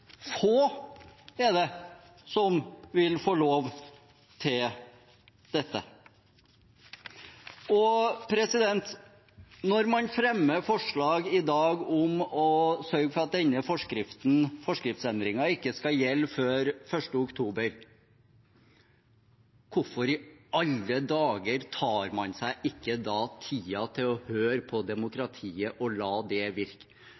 få er det som vil få lov til det? Når man i dag fremmer forslag om å sørge for at denne forskriftsendringen ikke skal gjelde før 1. oktober, hvorfor i alle dager tar man seg da ikke tid til å høre på demokratiet og la det virke?